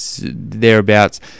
thereabouts